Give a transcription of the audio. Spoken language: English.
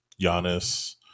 Giannis